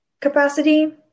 capacity